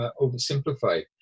oversimplified